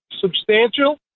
substantial